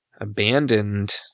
abandoned